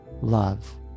love